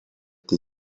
dei